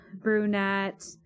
brunette